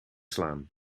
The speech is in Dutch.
slaan